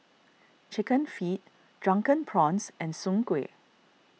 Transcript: Chicken Feet Drunken Prawns and Soon Kway